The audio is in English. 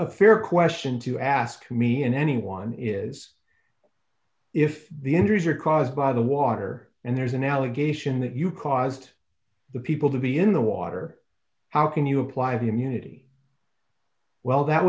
a fair question to ask me and anyone is if the injuries are caused by the water and there's an allegation that you caused the people to be in the water how can you apply the immunity well that